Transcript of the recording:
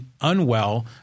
unwell